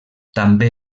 també